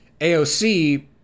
AOC